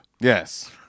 Yes